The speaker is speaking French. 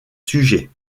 sujets